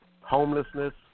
Homelessness